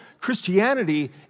Christianity